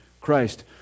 Christ